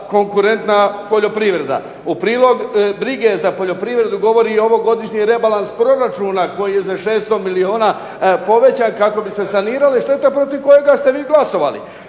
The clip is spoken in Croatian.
konkurentna poljoprivreda. U prilog brige za poljoprivredu govori i ovo godišnji rebalans proračuna koji je za 600 milijuna povećan kako bi se sanirale štete protiv kojega ste vi glasovali,